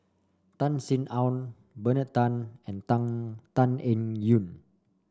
Tan Sin Aun Bernard Tan and Tan Tan Eng Yoon